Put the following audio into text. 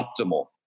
optimal